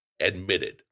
admitted